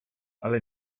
ale